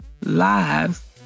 lives